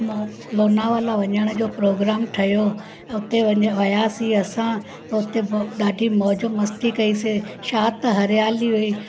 लोनावला वञण जो प्रोग्राम ठहियो उते वयासीं असां उते ॾाढी मौज मस्ती कईसीं छा त हरियाली हुई